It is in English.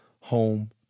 home